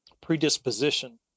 predisposition